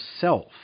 self